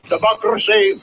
Democracy